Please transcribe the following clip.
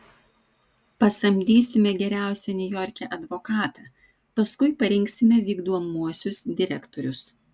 pasamdysime geriausią niujorke advokatą paskui parinksime vykdomuosius direktorius